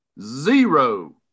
zero